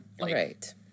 Right